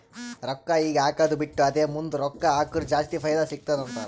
ರೊಕ್ಕಾ ಈಗ ಹಾಕ್ಕದು ಬಿಟ್ಟು ಅದೇ ಮುಂದ್ ರೊಕ್ಕಾ ಹಕುರ್ ಜಾಸ್ತಿ ಫೈದಾ ಸಿಗತ್ತುದ ಅಂತಾರ್